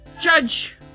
Judge